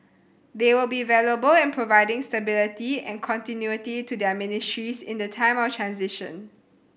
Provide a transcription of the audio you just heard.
they will be valuable in providing stability and continuity to their ministries in the time of transition